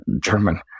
German